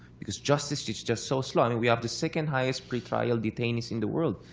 because justice is just so slow. and we have the second highest pretrial detainees in the world.